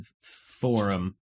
forum